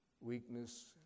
weakness